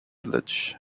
village